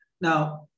Now